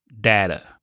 data